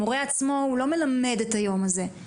המורה עצמו לא מלמד את היום הזה.